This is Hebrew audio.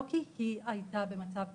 לא כי היא הייתה במצב קשה,